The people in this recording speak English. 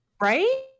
Right